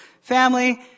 Family